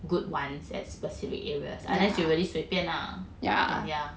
good ones at specific areas unless you really 随便 lah then ya